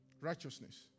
Righteousness